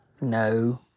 no